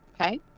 Okay